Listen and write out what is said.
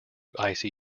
icy